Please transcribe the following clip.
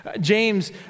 James